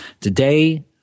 Today